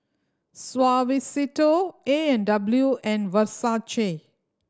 Suavecito A and W and Versace